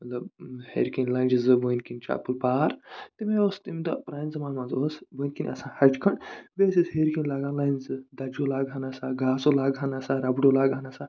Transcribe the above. مطلب ہٮ۪رِ کِنۍ لَنجہِ زٕ بٔنۍ کِنۍ چَپٔنۍ تٔمہِ اوس تَمہِ دۄہ پرانہِ زَمانہٕ منٛز اوس بنۍ کِنۍ آسان ہَچہِ کھٔنڈ بیٚیہِ ٲسۍ أسۍ ہٮ۪رۍ کِنۍ لاگن لَجہِ زٕ دَجیو لاگنَن ہَن گاسُو لَگنَسا رَبڈوٗ لاگنَسا